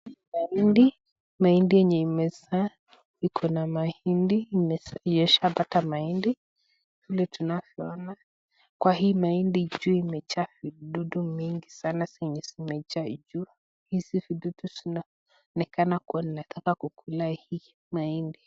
Mahali, mahindi yenye imezaa iko na mahindi imeshaa pata mahindi vile tunavyoona, kwa hii mahindi imejaa vidudu mingi sana zenye zimejaa juu hizi vidudu zinaonekana ni kana inataka kukula hii mahindi.